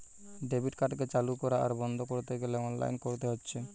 debit কার্ডকে চালু আর বন্ধ কোরতে গ্যালে অনলাইনে কোরতে হচ্ছে